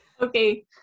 Okay